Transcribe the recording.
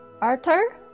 Arthur